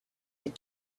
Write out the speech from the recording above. that